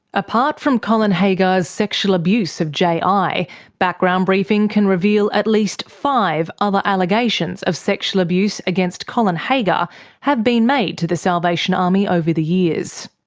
apart from colin haggar's sexual abuse of ji, background briefing can reveal at least five other allegations of sexual abuse against colin haggar have been made to the salvation army over the years.